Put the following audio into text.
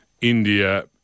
India